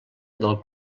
del